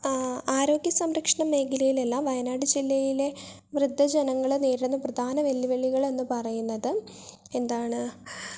ആരോഗ്യസംരക്ഷണ മേഖലയിലെല്ലാം വയനാട് ജില്ലയിലെ വൃദ്ധജനങ്ങള് നേരിടുന്ന പ്രധാന വെല്ലുവിളികളെന്ന് പറയുന്നത് എന്താണ്